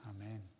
Amen